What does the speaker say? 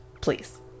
please